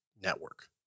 network